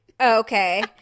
okay